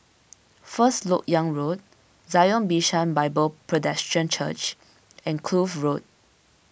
First Lok Yang Road Zion Bishan Bible Presbyterian Church and Kloof Road